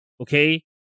Okay